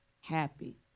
Happy